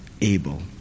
able